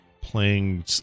playing